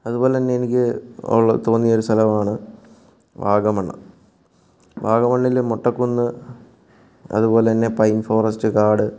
അതുപോലെ തന്നെ എനിക്ക് തോന്നിയ ഒരു സ്ഥലമാണ് വാഗമൺ വാഗമണിലെ മൊട്ടക്കുന്ന് അതുപോലെ തന്നെ പൈൻ ഫോറസ്റ്റ് കാട്